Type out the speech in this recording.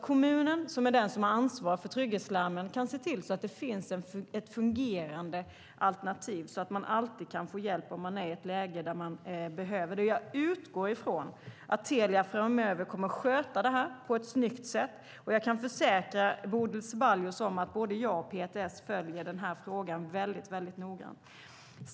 Kommunen som är den som har ansvar för trygghetslarmen ska kunna se till att det finns ett fungerande alternativ så att man alltid kan få hjälp om man är i ett läge där man behöver det. Jag utgår från att Telia kommer att sköta detta på ett snyggt sätt framöver. Jag kan försäkra Bodil Ceballos att både jag och PTS noga följer denna fråga.